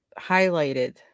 highlighted